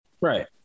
Right